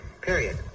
Period